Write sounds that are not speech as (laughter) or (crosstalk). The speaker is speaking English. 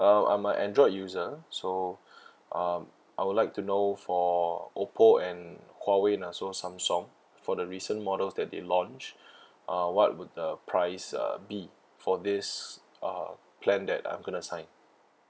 uh I'm a android user so (breath) um I would like to know for oppo and huawei and also samsung for the recent models that they launched (breath) uh what would the price uh be for this uh plan that I'm going to sign